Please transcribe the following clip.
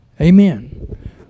Amen